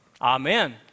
Amen